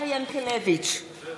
עומר ינקלביץ,